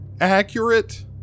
accurate